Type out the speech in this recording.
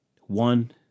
One